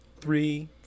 three